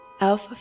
alpha